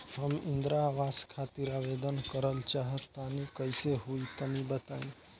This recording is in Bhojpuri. हम इंद्रा आवास खातिर आवेदन करल चाह तनि कइसे होई तनि बताई?